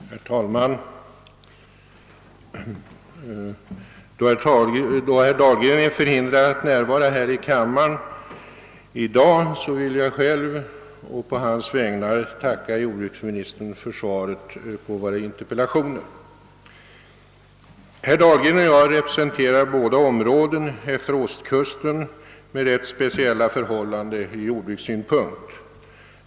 Herr talman! Då herr Dahlgren i dag är förhindrad att närvara i kammaren vill jag på hans och mina egna vägnar tacka jordbruksministern för svaret på våra interpellationer. senterar områden utefter Ostkusten, för vilka speciella förhållanden råder från jordbrukssynpunkt.